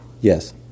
Yes